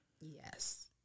Yes